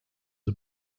are